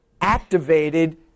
activated